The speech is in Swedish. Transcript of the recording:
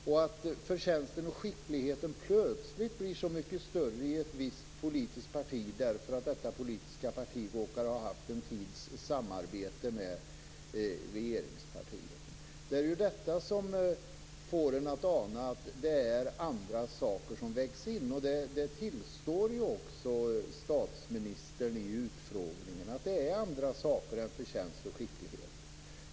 Hur kan förtjänsten och skickligheten plötsligt bli så mycket större i ett visst politiskt parti därför att detta parti råkar ha haft en tids samarbete med regeringspartiet? Det är ju detta som får en att ana att det är andra saker än förtjänst och skicklighet som vägs in, och det tillstår också statsministern i utfrågningen.